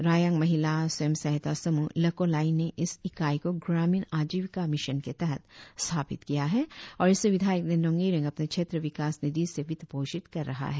रायांग महिला स्वयं सहायता समूह लेको लाई ने इस इकाई को ग्रामीण आजिविका मिशन के तहत स्थापित किया है और इसे विद्यायक निनोंग ईरिंग अपने क्षेत्र विकास निधि से वित्त पोषित कर रहा है